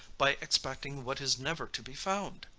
by expecting what is never to be found.